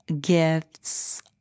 gifts